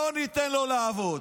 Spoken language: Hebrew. לא ניתן לו לעבוד.